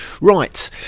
Right